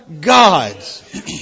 God's